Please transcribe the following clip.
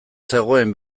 zegoen